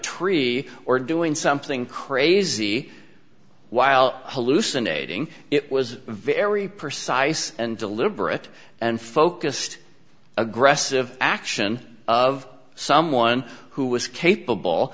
tree or doing something crazy while hallucinating it was very precise and deliberate and focused aggressive action of someone who was capable